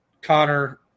Connor